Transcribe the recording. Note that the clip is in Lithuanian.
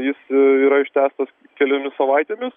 jis yra ištęstas keliomis savaitėmis